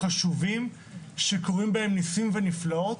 חשובים שקורים בהם ניסים ונפלאות,